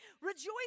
Rejoice